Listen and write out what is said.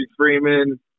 Freeman